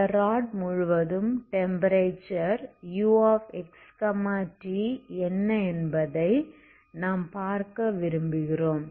இந்த ராட் முழுவதும் temperature uxt என்ன என்பதை நாம் பார்க்க விரும்புகிறோம்